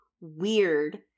weird